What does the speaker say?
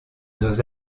nos